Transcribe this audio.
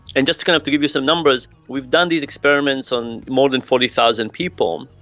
and just to kind of to give you some numbers, we've done these experiments on more than forty thousand people,